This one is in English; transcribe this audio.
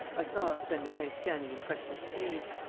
i saw arsene lupin standing in front of his cage.